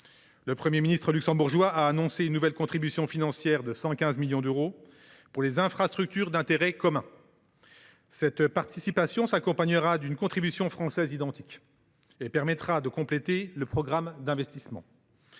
Le Premier ministre luxembourgeois a annoncé une nouvelle contribution financière de 115 millions d’euros pour les infrastructures d’intérêt commun. Cette participation s’accompagnera d’une contribution française identique et permettra de compléter le programme d’investissements.